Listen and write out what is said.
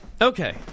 Okay